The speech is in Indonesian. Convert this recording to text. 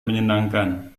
menyenangkan